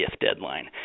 deadline